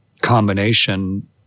combination